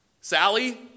Sally